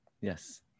Yes